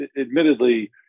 admittedly